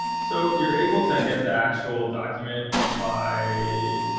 so you're able to get the actual document by